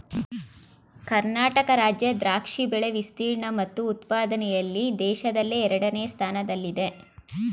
ಕರ್ನಾಟಕ ರಾಜ್ಯ ದ್ರಾಕ್ಷಿ ಬೆಳೆ ವಿಸ್ತೀರ್ಣ ಮತ್ತು ಉತ್ಪಾದನೆಯಲ್ಲಿ ದೇಶದಲ್ಲೇ ಎರಡನೇ ಸ್ಥಾನದಲ್ಲಿದೆ